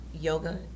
yoga